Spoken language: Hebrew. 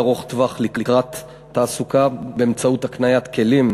ארוך-טווח לקראת תעסוקה באמצעות הקניית כלים,